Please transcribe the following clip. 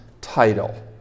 title